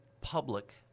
public